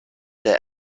der